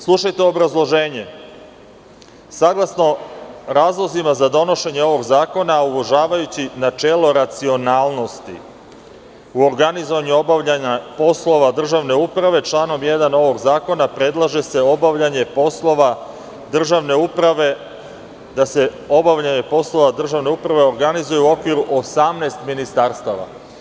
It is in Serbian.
Slušajte obrazloženje - saglasno razlozima za donošenje ovog zakona, a uvažavajući načelo racionalnosti u organizovanju obavljanja poslova državne uprave, članom 1. ovog zakona predlaže se obavljanje poslova državne uprave, da se obavljanje poslova državne uprave organizuje u okviru 18 ministarstava.